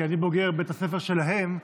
כי אני בוגר בית הספר שלהם,